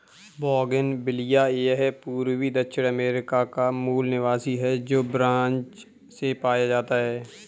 bougainvillea यह पूर्वी दक्षिण अमेरिका का मूल निवासी है, जो ब्राज़ से पाया जाता है